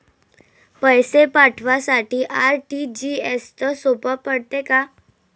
पैसे पाठवासाठी आर.टी.जी.एसचं सोप पडते का?